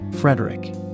Frederick